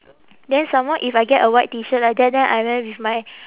then some more if I get a white T shirt like that then I wear with my